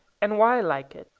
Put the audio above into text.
and why i like it.